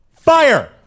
fire